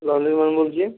আমি অনির্বান বলছি